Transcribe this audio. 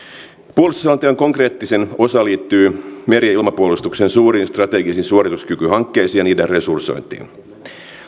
puolustusselonteon konkreettisin osa liittyy meri ja ilmapuolustuksen suuriin strategisiin suorituskykyhankkeisiin ja niiden resursointiin